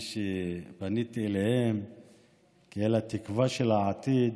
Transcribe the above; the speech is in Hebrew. אמרתי שפניתי אליהם כאל התקווה של העתיד,